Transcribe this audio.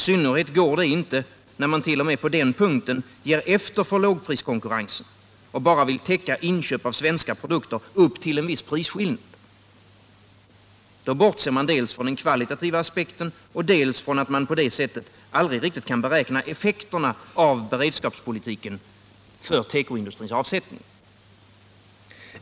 I synnerhet går inte detta, när man t.o.m. på den punkten ger efter för lågpriskonkurrensen och bara vill täcka inköp av svenska produkter upp till en viss prisskillnad. Då bortser man dels från den kvalitativa aspekten, dels från att man på det sättet aldrig riktigt kan beräkna effekterna av beredskapspolitiken för tekoindustrins avsättning.